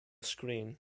screen